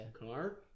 Car